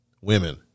women